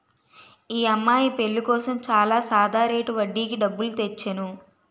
మా అమ్మాయి పెళ్ళి కోసం చాలా సాదా రేటు వడ్డీకి డబ్బులు తెచ్చేను